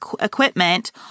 equipment